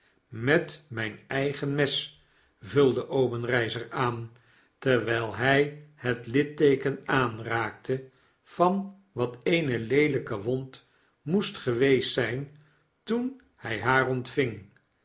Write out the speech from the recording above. met mijn eigen mes vulde obenreizer aan terwijl hij het htteeken aanraakte van wat eene leelijke wond moest geweest zijn toen hij haar ontving